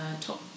top